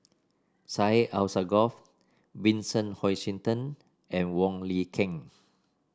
Syed Alsagoff Vincent Hoisington and Wong Lin Ken